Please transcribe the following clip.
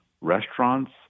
restaurants